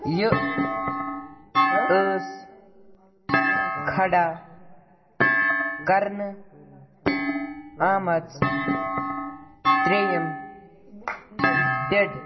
یہِ ٲس کھڑا كرنہٕ آمٕژ ترٛیٚیِم ڈیٚڈ